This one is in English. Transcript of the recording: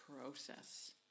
process